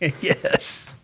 Yes